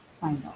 final